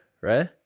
right